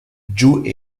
joo